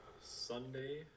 Sunday